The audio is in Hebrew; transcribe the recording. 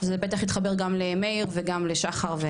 זה בטח יתחבר גם למאיר וגם לשחר.